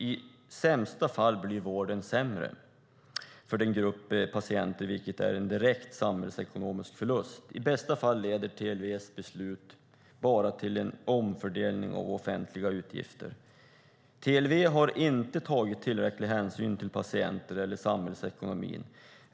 I sämsta fall blir vården sämre för denna grupp patienter, vilket är en direkt samhällsekonomisk förlust. I bästa fall leder TLV:s beslut bara till en omfördelning av offentliga utgifter. TLV har inte tagit tillräcklig hänsyn till patienter eller samhällsekonomin.